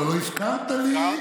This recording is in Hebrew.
לא, לא הזכרת לי.